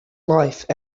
life